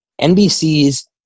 NBC's